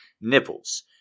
nipples